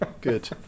good